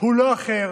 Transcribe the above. הוא לא אחר,